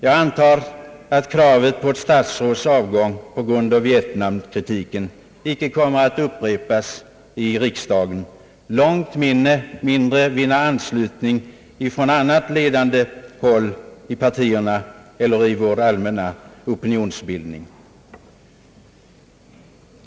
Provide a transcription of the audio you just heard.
Jag antar att kravet på ett statsråds avgång på grund av vietnamkritiken icke kommer att upprepas i riksdagen, långt mindre vinna anslutning från annat ledande håll i partierna eller i vår allmänna opinionsbildning.